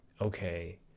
okay